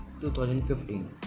2015